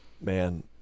man